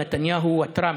מבחינת נתניהו וטראמפ,